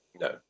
No